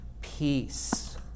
peace